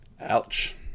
Ouch